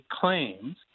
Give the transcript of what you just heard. claims